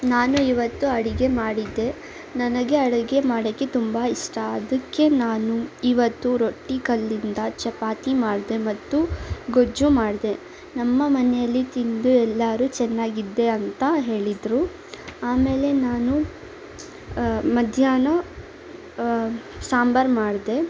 ನಾನು ಇವತ್ತು ಅಡುಗೆ ಮಾಡಿದ್ದೆ ನನಗೆ ಅಡುಗೆ ಮಾಡೋಕ್ಕೆ ತುಂಬ ಇಷ್ಟ ಅದಕ್ಕೆ ನಾನು ಇವತ್ತು ರೊಟ್ಟಿ ಕಲ್ಲಿಂದ ಚಪಾತಿ ಮಾಡಿದೆ ಮತ್ತು ಗೊಜ್ಜೂ ಮಾಡಿದೆ ನಮ್ಮ ಮನೆಯಲ್ಲಿ ತಿಂದು ಎಲ್ಲರೂ ಚೆನ್ನಾಗಿದೆ ಅಂತ ಹೇಳಿದರು ಆಮೇಲೆ ನಾನು ಮಧ್ಯಾಹ್ನ ಸಾಂಬಾರು ಮಾಡಿದೆ